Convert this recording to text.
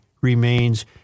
remains